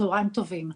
צהריים טובים.